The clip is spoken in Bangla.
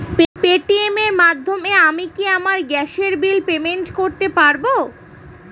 পেটিএম এর মাধ্যমে আমি কি আমার গ্যাসের বিল পেমেন্ট করতে পারব?